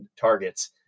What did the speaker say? targets